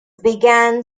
began